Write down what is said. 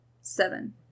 Seven